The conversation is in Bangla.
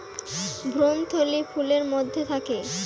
ভ্রূণথলি ফুলের মধ্যে থাকে